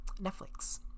Netflix